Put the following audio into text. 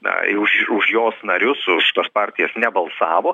na ir už už jos narius už tas partijas nebalsavo